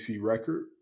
record